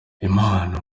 imana